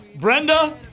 Brenda